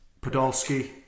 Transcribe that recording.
Podolski